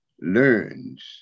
learns